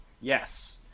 yes